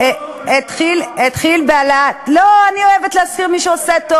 השר אריאל אטיאס התחיל אבל אותו לא זוכרים.